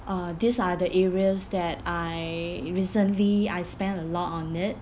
uh these are the areas that I recently I spend a lot on it